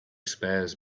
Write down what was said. spares